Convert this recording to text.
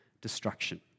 destruction